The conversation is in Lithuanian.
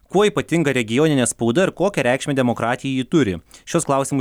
kuo ypatinga regioninė spauda ir kokią reikšmę demokratijai ji turi šiuos klausimus